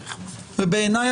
בעיניי,